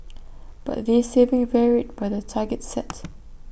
but this saving varied by the targets set